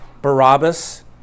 Barabbas